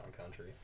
Country